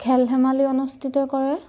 খেল ধেমালি অনুষ্ঠিত কৰে